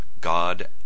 God